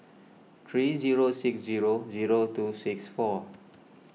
three zero six zero zero two six four